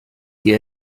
ihr